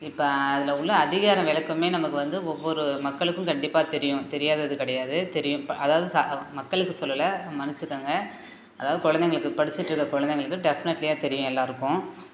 இப்போ அதில் உள்ள அதிகார விளக்கமே நமக்கு வந்து ஒவ்வொரு மக்களுக்கும் கண்டிப்பாக தெரியும் தெரியாதது கிடையாது தெரியும் இப்போ அதாவது ச மக்களுக்கு சொல்லலை மன்னுச்சுக்கங்க அதாவது குலந்தைங்களுக்கு படிச்சிவிட்டு இருக்க குலந்தைங்களுக்கு டெஃபினெட்லியாக தெரியும் எல்லாருக்கும்